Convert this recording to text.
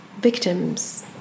victims